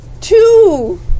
Two